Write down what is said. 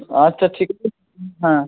আচ্ছা ঠিক আছে হুঁ হ্যাঁ